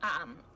um-